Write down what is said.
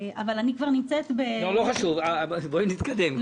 לא חשוב, בואי נתקדם.